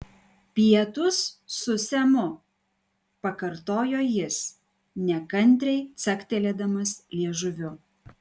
pietūs su semu pakartojo jis nekantriai caktelėdamas liežuviu